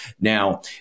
Now